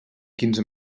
quinze